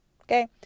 okay